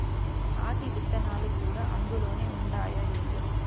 ఆటి ఇత్తనాలు కూడా అందులోనే ఉండాయా ఏంది